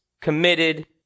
committed